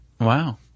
Wow